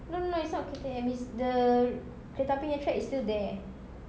no no no it's not K_T_M it's the kereta api punya track is still there